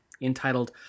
entitled